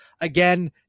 Again